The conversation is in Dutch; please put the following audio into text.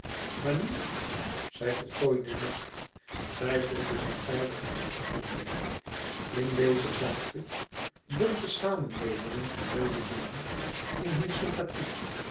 maar nu zij voltooide niet zij voelde zich veilig in dit atelier in deze zachte bonte samenwemeling van mooie dingen in hunne sympathie